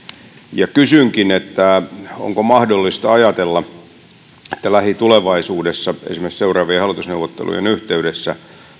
kysynkin onko mahdollista ajatella että lähitulevaisuudessa esimerkiksi seuraavien hallitusneuvottelujen yhteydessä